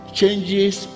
changes